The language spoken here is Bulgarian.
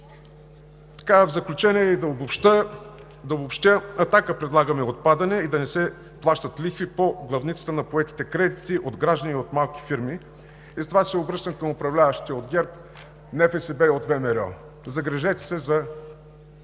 В заключение да обобщя. От „Атака“ предлагаме отпадане и да не се плащат лихви по главницата на поетите кредити от граждани и от малки фирми. Обръщам се към управляващите от ГЕРБ, НФСБ и ВМРО: загрижете се за